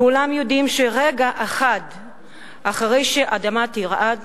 כולם יודעים שרגע אחד אחרי שהאדמה תרעד